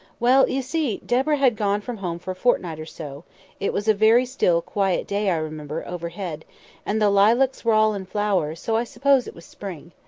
well, you see, deborah had gone from home for a fortnight or so it was a very still, quiet day, i remember, overhead and the lilacs were all in flower, so i suppose it was spring.